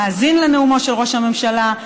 נאזין לנאומו של ראש הממשלה,